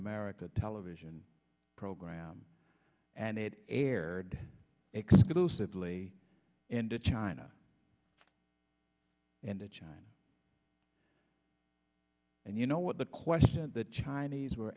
america television program and it aired exclusively and to china and to china and you know what the question the chinese were